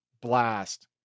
blast